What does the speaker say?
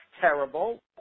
terrible